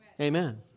Amen